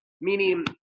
meaning